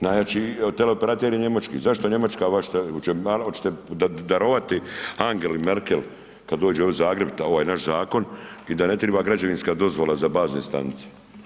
Najjači teleoperater je njemački, zašto Njemačka ... oćete darovati Angeli Merkel kad dođe u Zagreb ovaj naš zakon i da ne treba građevinska dozvola za bazne stanice.